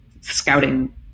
scouting